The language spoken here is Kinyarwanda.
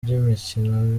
by’imikino